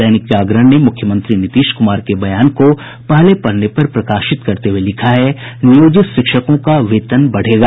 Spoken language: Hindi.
दैनिक जागरण ने मुख्यमंत्री नीतीश कुमार के बयान को पहले पन्ने पर प्रकाशित करते हुए लिखा है नियोजित शिक्षकों का वेतन बढ़ेगा